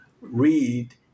read